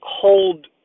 hold